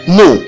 no